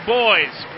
boys